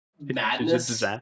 madness